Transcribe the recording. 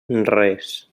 res